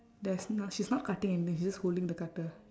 there's no~ she's not cutting anything she's just holding the cutter